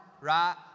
right